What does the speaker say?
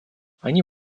они